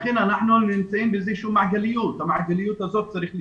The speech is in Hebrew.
לכן אנחנו נמצאים באיזושהי מעגליות ואת המעגליות הזאת צריך לשבור.